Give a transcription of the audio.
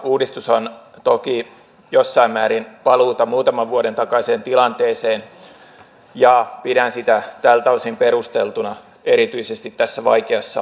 uudistus on toki jossain määrin paluuta muutaman vuoden takaiseen tilanteeseen ja pidän sitä tältä osin perusteltuna erityisesti tässä vaikeassa työllisyystilanteessa